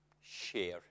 Share